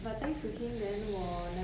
ya not bad sia